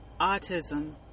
Autism